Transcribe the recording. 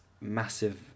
massive